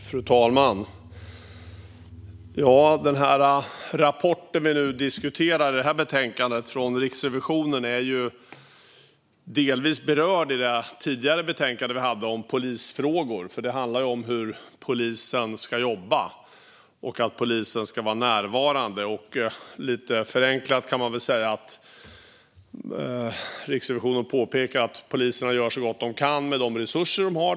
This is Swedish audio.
Fru talman! Den rapport från Riksrevisionen som vi nu diskuterar, när det gäller det här betänkandet, är delvis berörd i det tidigare betänkandet om polisfrågor. Det handlar om hur polisen ska jobba och att polisen ska vara närvarande. Lite förenklat kan man säga att Riksrevisionen säger att poliserna gör så gott de kan med de resurser de har.